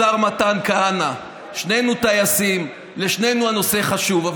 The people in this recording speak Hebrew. השר מתן כהנא, שנינו טייסים ולשנינו הנושא חשוב.